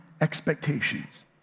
expectations